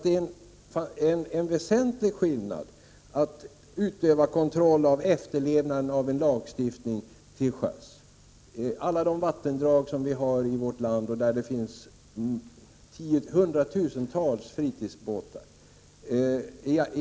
Det är en väsentlig skillnad att utöva kontroll av efterlevnaden av en lagstiftning till sjöss, med alla de vattendrag som finns i vårt land och hela skärgården med hundratusentals fritidsbåtar.